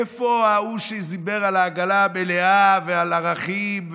איפה ההוא שדיבר על העגלה המלאה ועל ערכים?